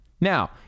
Now